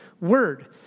word